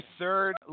third